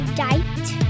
date